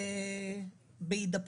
בהידבקות.